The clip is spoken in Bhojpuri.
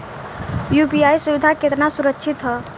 यू.पी.आई सुविधा केतना सुरक्षित ह?